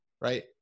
Right